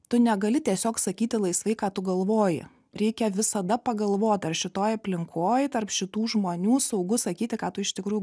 tu negali tiesiog sakyti laisvai ką tu galvoji reikia visada pagalvot ar šitoj aplinkoj tarp šitų žmonių saugu sakyti ką tu iš tikrųjų